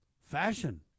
fashion